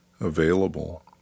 available